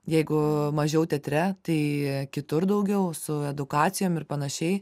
jeigu mažiau teatre tai kitur daugiau su edukacijom ir panašiai